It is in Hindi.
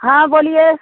हाँ बोलिए